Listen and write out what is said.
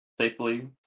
safely